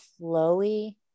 flowy